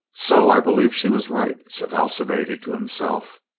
so. i believe she was right, said alcibiade to himself.